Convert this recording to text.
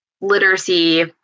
literacy